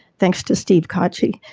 thanks to steve cacci.